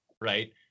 right